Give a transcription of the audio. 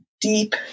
deep